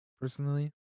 personally